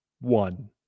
one